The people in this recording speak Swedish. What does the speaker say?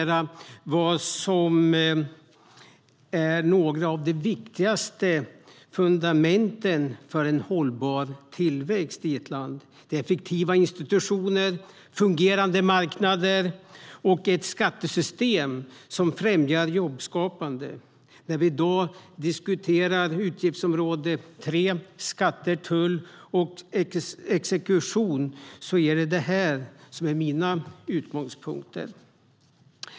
Herr talman! Några av de viktigaste fundamenten för en hållbar tillväxt i ett land är effektiva institutioner, fungerande marknader och ett skattesystem som främjar jobbskapande. När vi i dag diskuterar utgiftsområde 3, Skatt, tull och exekution, är det detta som är mina utgångspunkter.